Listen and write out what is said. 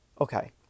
okay